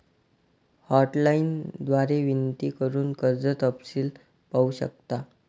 hotline द्वारे विनंती करून कर्ज तपशील पाहू शकता